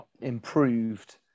improved